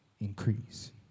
increase